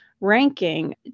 ranking